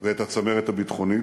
ואת הצמרת הביטחונית,